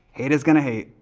haters gonna hate.